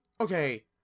okay